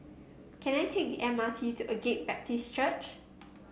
can I take the M R T to Agape Baptist Church